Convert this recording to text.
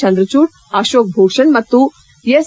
ಚಂದ್ರಚೂಡ್ ಅಶೋಕ್ ಭೂಷಣ್ ಮತ್ತು ಎಸ್